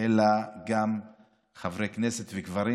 אלא גם חברי כנסת וגברים.